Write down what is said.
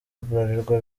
bralirwa